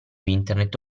internet